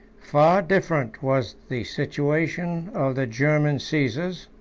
far different was the situation of the german caesars,